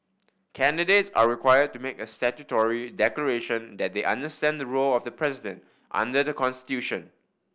candidates are require to make a statutory declaration that they understand the role of the president under the constitution